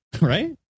right